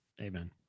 Amen